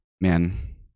Man